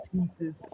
pieces